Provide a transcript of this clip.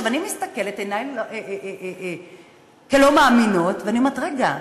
אני מסתכלת בעיניים לא מאמינות ואני אומרת: רגע,